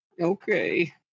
okay